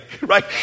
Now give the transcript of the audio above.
right